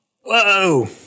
Whoa